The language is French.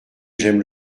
j’aime